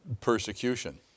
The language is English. persecution